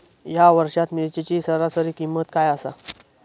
या वर्षात मिरचीची सरासरी किंमत काय आसा?